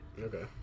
Okay